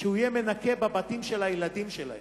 שהוא יהיה מנקה בבתים של הילדים שלהם.